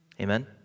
Amen